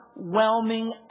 overwhelming